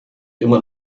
immer